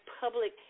public